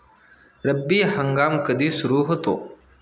रब्बी हंगाम कधी सुरू होतो?